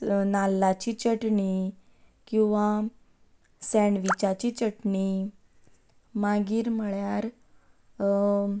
नाल्लाची चटणी किंवां सँडवि चाची चटणी मागीर म्हणल्यार